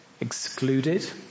excluded